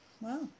Wow